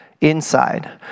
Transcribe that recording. inside